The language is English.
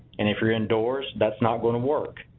and if you're indoors, that's not gonna work.